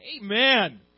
Amen